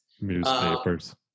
Newspapers